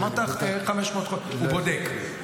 אמרת 500. הוא בודק.